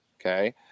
okay